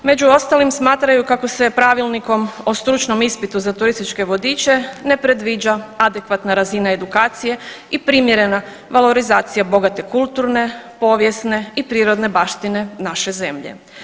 Među ostalim smatraju kako se pravilnikom o stručnom ispitu za turističke vodiče ne predviđa adekvatna razina edukacije i primjerena valorizacija bogate kulturne, povijesne i prirodne baštine naše zemlje.